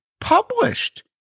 published